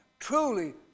Truly